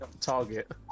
Target